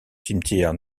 cimetière